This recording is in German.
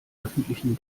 öffentlichen